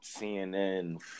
CNN